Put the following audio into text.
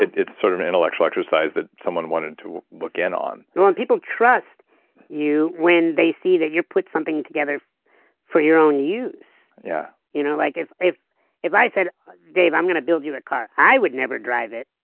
it's an sort of intellectual exercise that someone wanted to look in on when people trust you, when they see that you put something together for your own use, yeah you know like if i if i said dave i'm going to build you a car. i would never drive it,